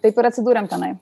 taip ir atsidūrėm tenai